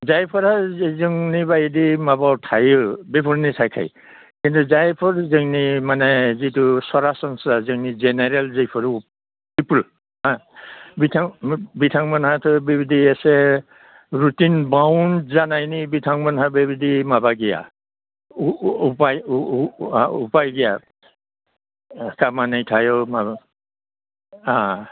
जायफोरा जोंनि बायदि माबायाव थायो बेफोरनि थाखाय किन्तु जायफोर जोंनि माने जितु सरासनस्रा जोंनि जेनेरेल जिफोरो पिपोल हा बिथांमोनासो बेबायदि एसे रुटिन बाउण्ड जानायनि बिथांमोनहा बेबायदि माबा गैया उपाय उपाय गैया खामानि थायो मायो